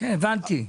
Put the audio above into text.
הבנתי.